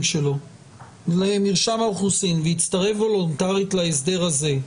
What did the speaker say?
שלו למרשם האוכלוסין והצטרף וולונטרית להסדר הזה,